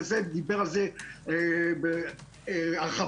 דיבר על זה גיא בהרחבה.